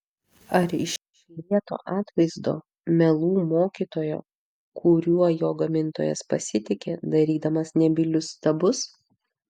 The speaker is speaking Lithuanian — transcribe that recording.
ar iš lieto atvaizdo melų mokytojo kuriuo jo gamintojas pasitiki darydamas nebylius stabus